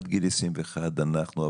עד גיל 21 אנחנו פה,